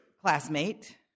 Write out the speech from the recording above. classmate